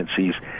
agencies